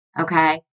okay